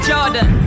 Jordan